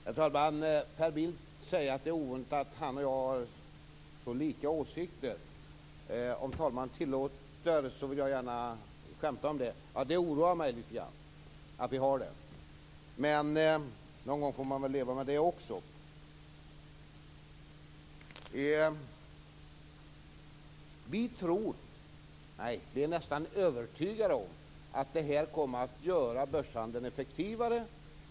Herr talman! Per Bill säger att det är ovanligt att han och jag har så lika åsikter. Om talmannen tillåter vill jag gärna skämta om det. Det oroar mig litet grand att vi har det. Men någon gång får man väl leva med det också. Vi tror - och vi är nästan övertygade om - att detta kommer att göra börshandeln effektivare.